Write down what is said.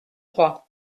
trois